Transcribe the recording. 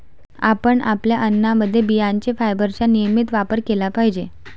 आपण आपल्या अन्नामध्ये बियांचे फायबरचा नियमित वापर केला पाहिजे